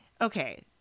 Okay